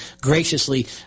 graciously